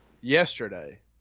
yesterday